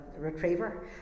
Retriever